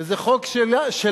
וזה חוק שלנו